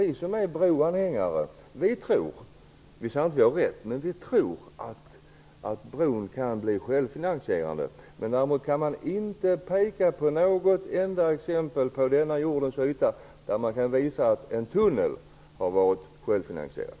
Vi som är broanhängare tror - vi säger inte att vi har rätt, men vi tror det - att bron kan bli självfinansierande. Däremot kan man inte peka på något enda exempel i världen där en tunnel har varit självfinansierande.